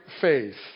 faith